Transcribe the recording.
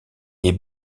est